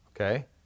Okay